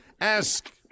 Ask